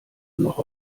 noch